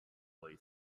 way